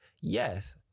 yes